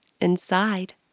inside